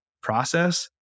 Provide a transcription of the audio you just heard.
process